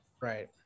Right